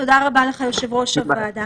תודה רבה לך, יושב-ראש הוועדה.